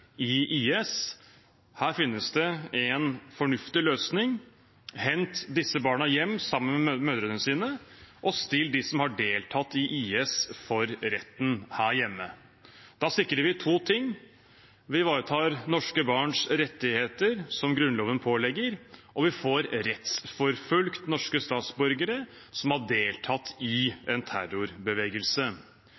i IS. Her finnes det en fornuftig løsning: Hent disse barna hjem sammen med mødrene deres, og still dem som har deltatt i IS, for retten her hjemme. Da sikrer vi to ting: Vi ivaretar norske barns rettigheter, som Grunnloven pålegger, og vi får rettsforfulgt norske statsborgere som har deltatt i